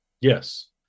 Yes